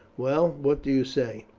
well, what do you say?